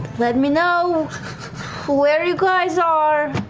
let me know where you guys are.